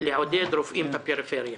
לעודד רופאים בפריפריה.